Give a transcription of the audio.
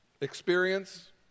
experience